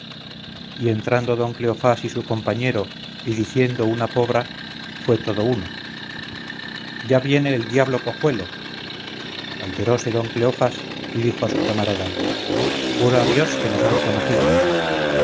y entrando don cleofás y su compañero y diciendo una pobra fué todo uno ya viene el diablo cojuelo alteróse don cleofás y dijo a su camarada juro a dios que nos han conocido